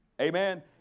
Amen